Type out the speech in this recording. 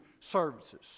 services